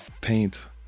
paint